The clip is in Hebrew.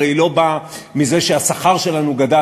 הרי היא לא באה מזה שהשכר שלנו גדל,